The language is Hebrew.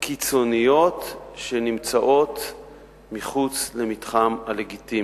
קיצוניות שנמצאות מחוץ למתחם הלגיטימיות.